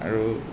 আৰু